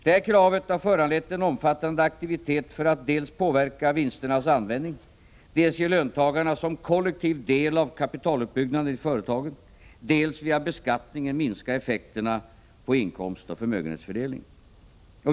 Dessa krav har föranlett en omfattande aktivitet för att dels påverka vinsternas användning, dels ge löntagarna som kollektiv del i kapitaluppbyggnaden i företagen, dels via beskattningen minska effekterna på inkomstoch förmögenhetsfördelningen.